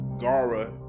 Gara